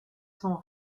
sont